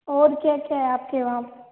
और क्या क्या है आप के वहाँ